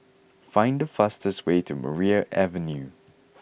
find the fastest way to Maria Avenue